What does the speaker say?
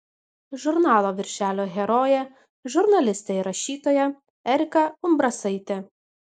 žurnalo viršelio herojė žurnalistė ir rašytoja erika umbrasaitė